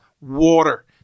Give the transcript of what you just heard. Water